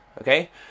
okay